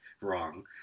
wrong